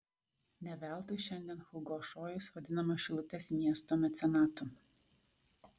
ne veltui šiandien hugo šojus vadinamas šilutės miesto mecenatu